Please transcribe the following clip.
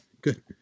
good